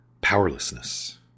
powerlessness